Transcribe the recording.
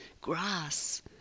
grass